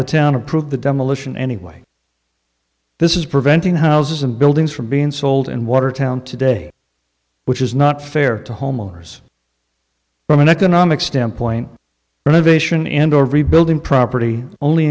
the town approve the demolition anyway this is preventing houses and buildings from being sold in watertown today which is not fair to homeowners from an economic standpoint renovation and or rebuilding property only